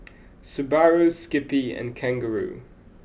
Subaru Skippy and Kangaroo